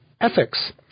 ethics